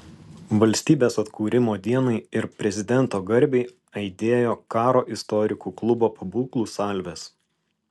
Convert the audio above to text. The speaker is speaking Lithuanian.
valstybės atkūrimo dienai ir prezidento garbei aidėjo karo istorikų klubo pabūklų salvės